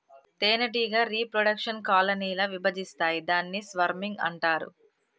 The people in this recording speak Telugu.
తేనెటీగ రీప్రొడెక్షన్ కాలనీ ల విభజిస్తాయి దాన్ని స్వర్మింగ్ అంటారు